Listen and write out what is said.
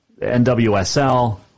NWSL